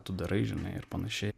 tu darai žinai ir panašiai